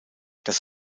das